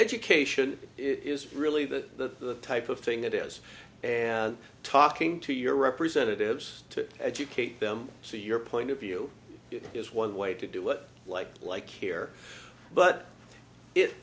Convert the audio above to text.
education is really the type of thing that is and talking to your representatives to educate them so your point of view is one way to do what like like here but i